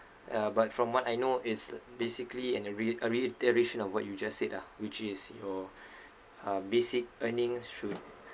ya but from what I know is basically in a re~ a reiteration of what you just said ah which is your uh basic earning should